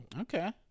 Okay